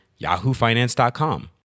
yahoofinance.com